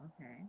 Okay